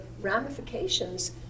ramifications